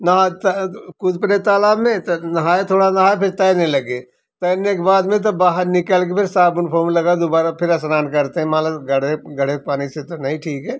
नहा कूद पड़े तालाब में तो नहाये थोड़ा नहाये फिर तैरने लगे तैरने के बाद में तो बाहर निकाल कर फिर साबुन खूब लगाया फिर दोबारा फिर स्नान करते है मान ले घड़े घड़े पानी से तो नहीं ठीक है